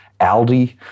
Aldi